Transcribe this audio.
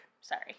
Sorry